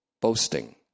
Boasting